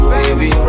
Baby